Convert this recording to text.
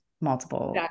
multiple